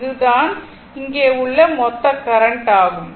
இது நான் இங்கே உள்ள மொத்த கரண்ட் ஆகும்